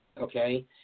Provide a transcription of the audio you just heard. okay